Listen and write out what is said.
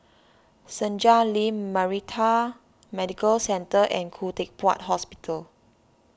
Senja Link Maritime Medical Centre and Khoo Teck Puat Hospital